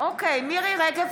בעד מוסי רז,